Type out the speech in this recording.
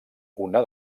una